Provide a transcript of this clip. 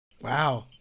Wow